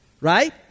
right